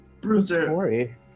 bruiser